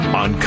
on